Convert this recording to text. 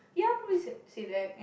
ya probably said say that